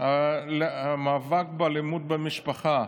למאבק באלימות במשפחה.